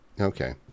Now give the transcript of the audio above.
Okay